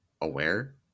aware